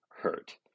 hurt